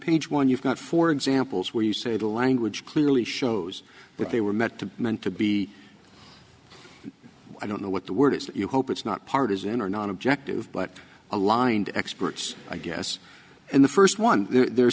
page one you've got four examples where you say the language clearly shows what they were meant to be meant to be i don't know what the word is you hope it's not partisan or non objective but aligned experts i guess and the first one they're